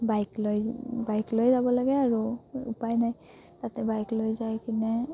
bike লৈ bike লৈ যাব লাগে আৰু উপায় নাই তাতে বাইক লৈ যাই কিনে